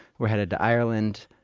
we're headed to ireland,